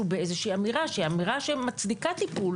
באיזו שהיא אמירה שמצדיקה טיפול